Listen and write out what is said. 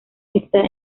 está